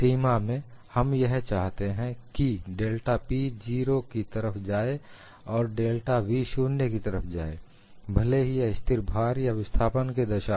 सीमा में हम यह चाहते हैं कि डेल्टा पी जीरो की तरफ जाए और डेल्टा वी शून्य की तरफ जाएभले ही यह स्थिर भार या विस्थापन की दशा हो